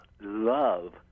love